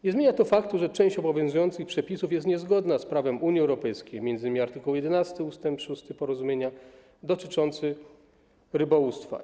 Nie zmienia to faktu, że część obowiązujących przepisów jest niezgodna z prawem Unii Europejskiej, m.in. art. 11 ust. 6 porozumienia dotyczący rybołówstwa.